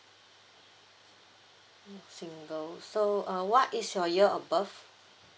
single so uh what is your year of birth